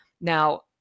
Now